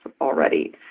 already